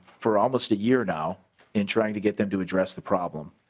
for almost a year now and trying to get them to address the problem